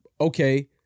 okay